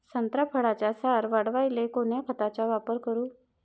संत्रा फळाचा सार वाढवायले कोन्या खताचा वापर करू?